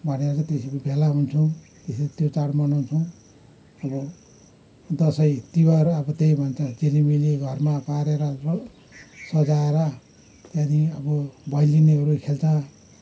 भनेर चाहिँ त्यसरी भेला हुन्छौँ त्यो चाड मनाउँछौँ अब दसैँ तिहार आएको त्यही भन्छ झिलिमिली घरमा पारेर सजाएर त्यहाँदेखि अब भैलिनीहरू खेल्छ